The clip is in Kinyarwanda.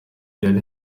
yari